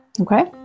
Okay